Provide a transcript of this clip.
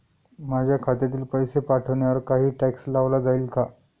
माझ्या खात्यातील पैसे पाठवण्यावर काही टॅक्स लावला जाईल का?